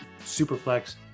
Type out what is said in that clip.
Superflex